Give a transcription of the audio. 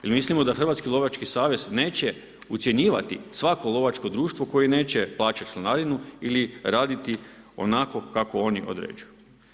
I mislimo da Hrvatski lovački savez neće ucjenjivati svako lovačko društvo koje neće plaćati članarinu ili raditi onako kako oni određuju.